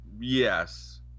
Yes